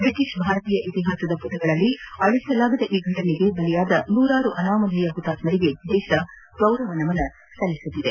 British ಭಾರತೀಯ ಇತಿಹಾಸದ ಪುಟಗಳಲ್ಲಿ ಅಳಿಸಲಾಗದ ಈ ಘಟನೆಗೆ ಬಲಿಯಾದ ನೂರಾರು ಅನಾಮಧೇಯ ಹುತಾತ್ವರಿಗೆ ದೇಶ ಗೌರವ ನಮನ ಸಲ್ಲಿಸುತ್ತಿದೆ